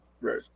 right